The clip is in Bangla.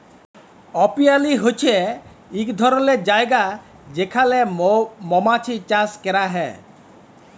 অপিয়ারী হছে ইক ধরলের জায়গা যেখালে মমাছি চাষ ক্যরা হ্যয়